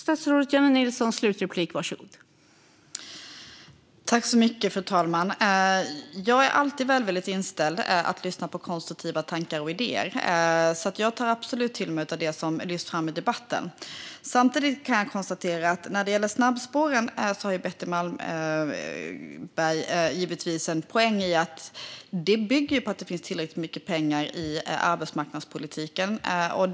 Fru talman! Jag är alltid välvilligt inställd till att lyssna på konstruktiva tankar och idéer, så jag tar absolut till mig av det som lyfts fram i debatten. När det gäller snabbspåren kan jag konstatera att Betty Malmberg givetvis har en poäng i att detta bygger på att det finns tillräckligt mycket pengar i arbetsmarknadspolitiken.